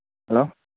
hello